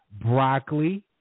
broccoli